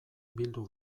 bildu